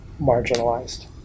marginalized